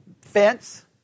fence